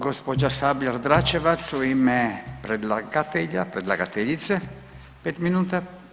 Gospođa Sabljar-Dračevac u ime predlagatelja, predlagateljice pet minuta.